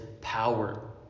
power